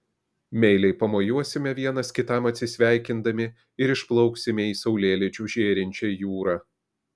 meiliai pamojuosime vienas kitam atsisveikindami ir išplauksime į saulėlydžiu žėrinčią jūrą